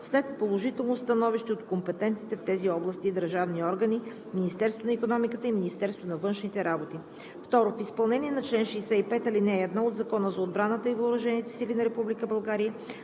след положително становище от компетентните в тези области държавни органи – Министерството на икономиката и Министерството на външните работи. II. В изпълнение на чл. 65, ал. 1 от Закона за отбраната и въоръжените сили на